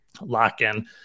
lock-in